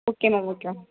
okay ma'am okay ma'am